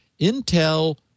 Intel